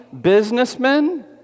businessmen